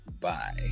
bye